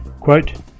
Quote